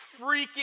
freaking